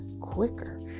quicker